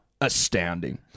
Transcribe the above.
astounding